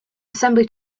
assembly